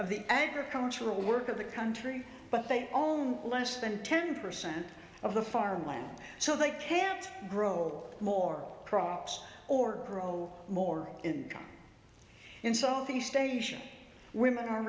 of the agricultural work of the country but they own less than ten percent of the farm land so they can't grow more crops or grow more income in south east asian women are